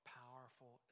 powerful